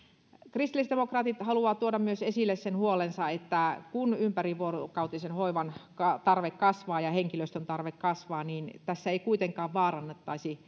kristillisdemokraatit haluaa tuoda myös esille sen huolensa että kun ympärivuorokautisen hoivan tarve kasvaa ja henkilöstön tarve kasvaa tässä ei kuitenkaan vaarannettaisi